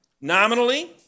Nominally